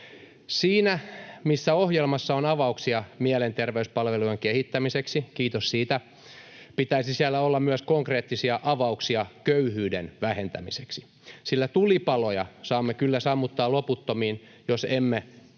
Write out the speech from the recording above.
Siinä missä ohjelmassa on avauksia mielenterveyspalvelujen kehittämiseksi — kiitos siitä — pitäisi siellä olla myös konkreettisia avauksia köyhyyden vähentämiseksi, sillä tulipaloja saamme kyllä sammuttaa loputtomiin, jos emme pääse